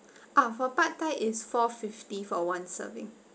ah for pad thai is four fifty for one serving